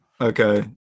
okay